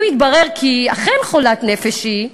אם יתברר כי אכן חולת נפש היא,